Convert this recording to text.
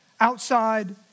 outside